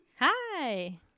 Hi